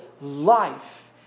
life